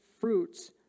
fruits